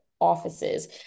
offices